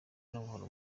n’amahoro